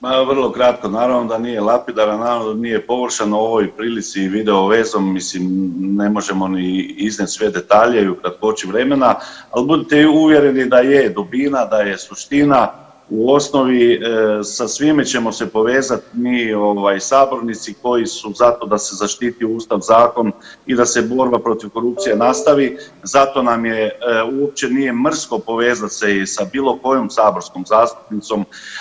Ma vrlo kratko, naravno da nije lako i naravno da nije …/nerazumljivo/… ovoj prilici i video vezom mislim da ne možemo ni iznijet sve detalje i u kratkoći vremena, ali budite uvjereni da je dubina, da je suština u osnovi sa svime ćemo se poveza mi ovaj sabornici koji su, zato da se zaštiti Ustav, zakon i da se borba protiv korupcije nastavi zato nam je, uopće nije mrsko povezat se i sa bilo kojom saborskom zastupnicom.